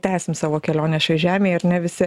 tęsim savo kelionę šioj žemėj ar ne visi